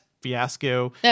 fiasco